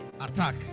attack